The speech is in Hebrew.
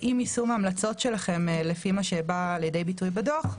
עם יישום ההמלצות לפי מה שבא לידי ביטוי בדוח,